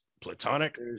Platonic